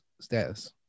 status